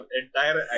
entire